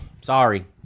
Sorry